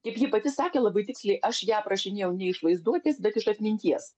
kaip ji pati sakė labai tiksliai aš ją aprašinėjau ne iš vaizduotės bet iš atminties